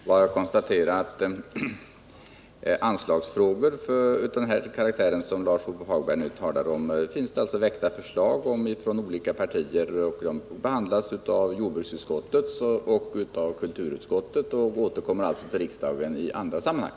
Herr talman! Jag vill bara konstatera att när det gäller anslagsfrågor av den karaktär som Lars-Ove Hagberg nu talar om, så finns det olika förslag från skilda partier, och de behandlas av jordbruks-, näringsoch kulturutskotten och återkommer alltså till kammaren i andra sammanhang.